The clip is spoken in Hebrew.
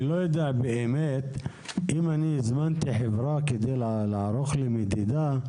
אם הזמנתי חברה כדי לערוך לי מדידה,